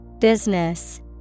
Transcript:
Business